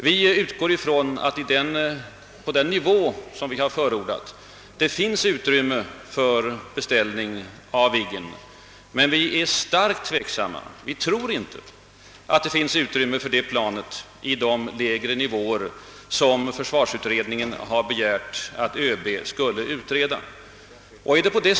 På den nivå vi har förordat utgår vi ifrån att det finns utrymme för beställning av Viggen, men vi tror inte att det finns sådant utrymme på de lägre nivåer som försvarsutredningen har begärt att överbefälhavaren skall utreda.